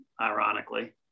ironically